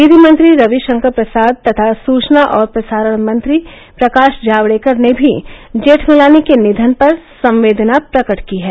विधि मंत्री रविशंकर प्रसाद तथा सूचना और प्रसारण मंत्री प्रकाश जावडेकर ने भी जेठमलानी के निधन पर संवेदना प्रकट की है